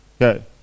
Okay